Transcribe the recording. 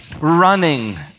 running